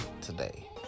today